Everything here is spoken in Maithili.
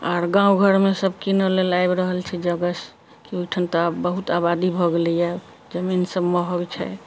आर गाँव घरमे सभ किनऽ लेल आबि रहल छै कि ओहिठाम तऽ बहुत आबादी भऽ गेलैए जमीन सभ महग छै